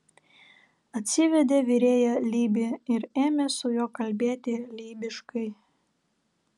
atsivedė virėją lybį ir ėmė su juo kalbėti lybiškai